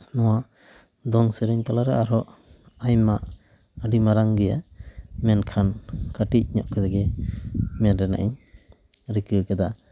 ᱱᱚᱣᱟ ᱫᱚᱝ ᱥᱮᱨᱮᱧ ᱛᱟᱞᱟᱨᱮ ᱟᱨᱦᱚᱸ ᱟᱭᱢᱟ ᱟᱹᱰᱤ ᱢᱟᱨᱟᱝ ᱜᱮᱭᱟ ᱢᱮᱱᱠᱷᱟᱱ ᱠᱟᱹᱴᱤᱡ ᱧᱚᱜ ᱠᱟᱛᱮᱜᱮ ᱢᱮᱱ ᱨᱮᱱᱟᱜ ᱤᱧ ᱨᱤᱠᱟᱹ ᱟᱠᱟᱫᱟ